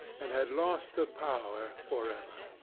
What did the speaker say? and had lost the power for ever.